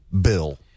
Bill